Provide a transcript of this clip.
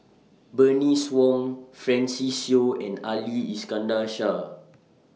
Bernice Wong Francis Seow and Ali Iskandar Shah